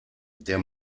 der